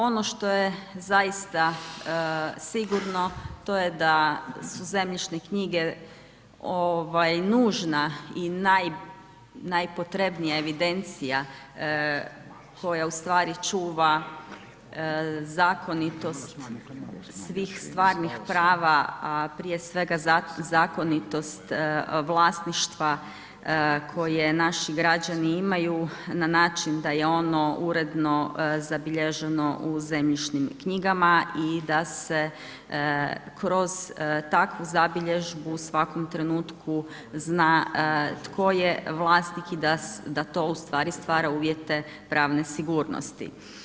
Ono što je zaista sigurno to je da su zemljišne knjige nužna i najpotrebnija evidencija koja ustvari čuva zakonitost svih stvarnih prava a prije svega zakonitost vlasništva koje naši građani imaju na način da je ono uredno zabilježeno u zemljišnim knjigama i da se kroz takvu zabilježbu u svakom trenutku zna tko je vlasnik i da to ustvari stvara uvjete pravne sigurnosti.